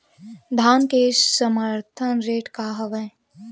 धान के समर्थन रेट का हवाय?